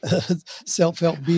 self-help